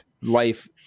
life